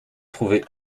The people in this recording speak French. trouvée